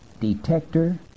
detector